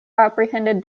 apprehended